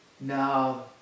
no